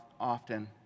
often